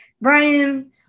Brian